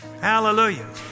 Hallelujah